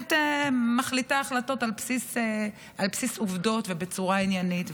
ובאמת מחליטה החלטות על בסיס עובדות ובצורה עניינית.